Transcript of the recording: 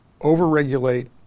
overregulate